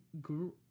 grew